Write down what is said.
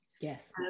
Yes